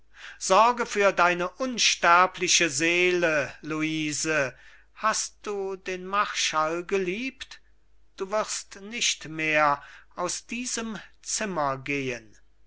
sorge für deine unsterbliche seele luise hast du den marschall geliebt du wirst nicht mehr aus diesem zimmer gehen